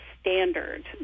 standard